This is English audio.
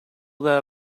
that